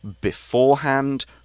beforehand